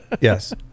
Yes